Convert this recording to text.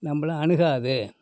நம்பளை அணுகாது